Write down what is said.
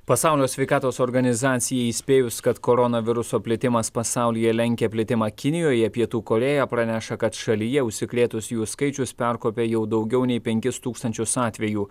pasaulio sveikatos organizacijai įspėjus kad koronaviruso plitimas pasaulyje lenkia plitimą kinijoje pietų korėja praneša kad šalyje užsikrėtusiųjų skaičius perkopė jau daugiau nei penkis tūkstančius atvejų